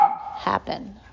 happen